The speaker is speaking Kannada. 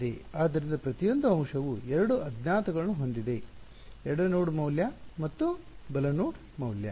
ಆದ್ದರಿಂದ ಪ್ರತಿಯೊಂದು ಅಂಶವು ಎರಡು ಅಜ್ಞಾತಗಳನ್ನು ಹೊಂದಿದೆ ಎಡ ನೋಡ್ ಮೌಲ್ಯ ಮತ್ತು ಬಲ ನೋಡ್ ಮೌಲ್ಯ